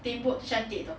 tembok tu cantik [tau]